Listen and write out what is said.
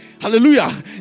Hallelujah